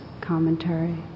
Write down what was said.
commentary